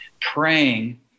praying